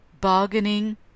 bargaining